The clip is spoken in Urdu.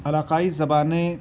علاقائی زبانیں